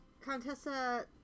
contessa